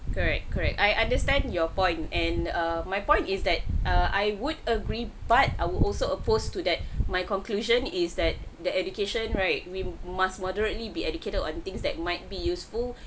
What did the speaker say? correct correct I understand your point and err my point is that err I would agree but I would also opposed to that my conclusion is that the education right we must moderately be educated on things that might be useful